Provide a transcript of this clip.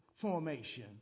formation